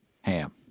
ham